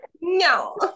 No